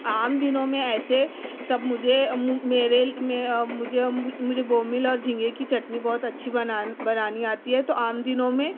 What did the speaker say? عام دنوں میں ایسے سب مجھے میرے مجھے بومبل اور جھینگے کی چٹنی بہت اچھی بنا بنانی آتی ہے تو عام دِنوں میں